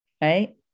right